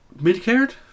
Mid-cared